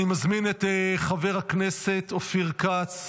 אני מזמין את חבר הכנסת אופיר כץ,